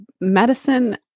medicine